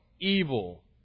evil